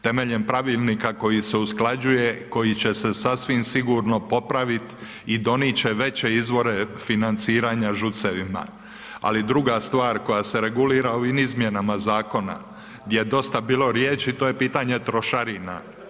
Temeljem pravilnika koji se usklađuje, koji će se sasvim sigurno popravit i donijet će veće izvore financiranja ŽUC-evima, ali druga stvar koja se regulira ovim izmjenama zakona gdje je dosta bilo riječi to je pitanje trošarina.